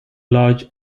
large